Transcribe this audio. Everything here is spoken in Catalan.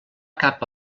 cap